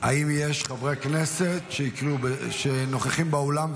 האם יש חברי כנסת שנוכחים באולם,